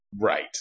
right